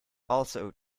also